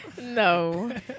No